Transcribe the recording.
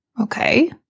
Okay